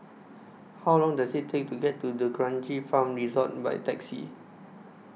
How Long Does IT Take to get to D'Kranji Farm Resort By Taxi